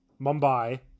Mumbai